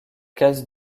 cases